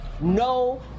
No